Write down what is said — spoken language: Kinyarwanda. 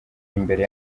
imbere